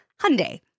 Hyundai